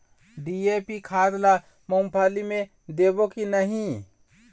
DAP खाद ला मुंगफली मे देबो की नहीं?